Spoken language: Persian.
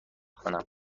کنم